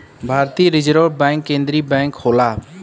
भारतीय reserve bank केन्द्रीय bank होला